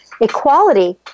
equality